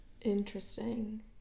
interesting